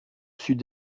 sud